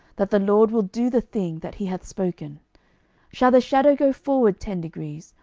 that the lord will do the thing that he hath spoken shall the shadow go forward ten degrees,